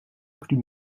plus